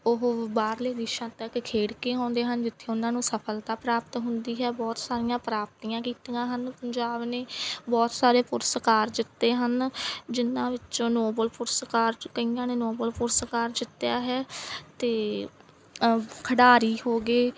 ਉਹ ਬਾਹਰਲੇ ਦੇਸ਼ਾਂ ਤੱਕ ਖੇਡ ਕੇ ਆਉਂਦੇ ਹਨ ਜਿੱਥੇ ਉਹਨਾਂ ਨੂੰ ਸਫਲਤਾ ਪ੍ਰਾਪਤ ਹੁੰਦੀ ਹੈ ਬਹੁਤ ਸਾਰੀਆਂ ਪ੍ਰਾਪਤੀਆਂ ਕੀਤੀਆਂ ਹਨ ਪੰਜਾਬ ਨੇ ਬਹੁਤ ਸਾਰੇ ਪੁਰਸਕਾਰ ਜਿੱਤੇ ਹਨ ਜਿਹਨਾਂ ਵਿੱਚੋਂ ਨੋਬਲ ਪੁਰਸਕਾਰ ਕਈਆਂ ਨੇ ਨੋਬਲ ਪੁਰਸਕਾਰ ਜਿੱਤਿਆ ਹੈ ਅਤੇ ਅ ਖਿਡਾਰੀ ਹੋ ਗਏ